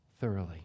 thoroughly